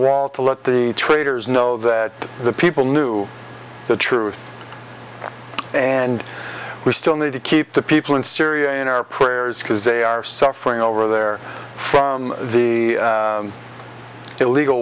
wall to let the traitors know that the people knew the truth and we still need to keep the people in syria in our prayers because they are suffering over there from the illegal